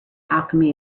alchemy